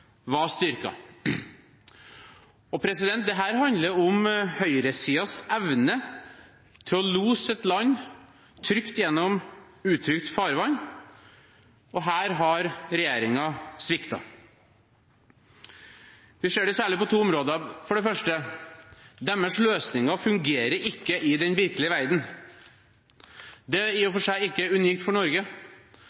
var styrket. Dette handler om høyresidens evne til å lose et land trygt gjennom utrygt farvann, og her har regjeringen sviktet. Vi ser det særlig på to områder. For det første: Deres løsninger fungerer ikke i den virkelige verden. Det er i og